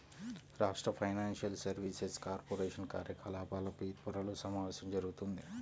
రాష్ట్ర financial services corporation కార్యకలాపాలపై త్వరలో సమావేశం జరుగుతుంది